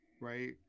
right